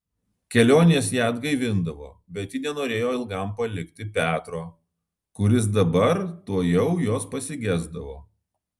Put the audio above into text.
kelionės ją atgaivindavo bet ji nenorėjo ilgam palikti petro kuris dabar tuojau jos pasigesdavo